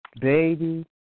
baby